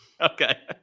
Okay